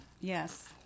Yes